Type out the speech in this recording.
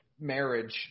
marriage